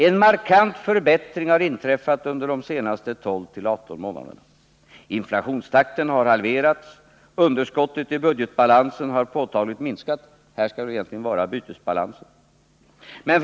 ——— En markant förbättring av den svenska ekonomin har kunnat iakttas under de senaste 12-18 månaderna.” ”Inflationstakten har ——-=— halverats. ---. Underskottet i budgetbalansen har påtagligt minskat.” Här åsyftas egentligen bytesbalansen.